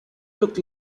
look